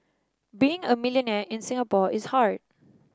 being a millionaire in Singapore is hard